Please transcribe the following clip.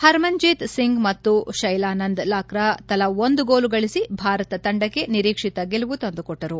ಹರ್ಮನ್ಜೀತ್ ಸಿಂಗ್ ಮತ್ತು ಶೈಲಾನಂದ್ ಲಾಕ್ರಾ ತಲಾ ಒಂದೊಂದು ಗೋಲು ಗಳಿಸಿ ಭಾರತ ತಂಡಕ್ಕೆ ನಿರೀಕ್ಷಿತ ಗೆಲುವು ತಂದುಕೊಟ್ಟರು